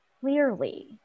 clearly